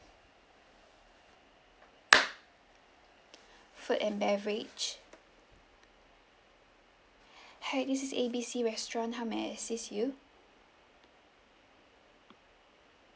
food and beverage hi this is A B C restaurant how may I help you